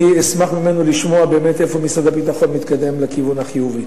אני אשמח לשמוע ממנו איך משרד הביטחון מתקדם לכיוון החיובי.